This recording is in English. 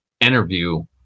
interview